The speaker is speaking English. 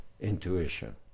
intuition